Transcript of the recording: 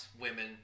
women